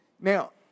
now